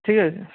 ঠিক আছে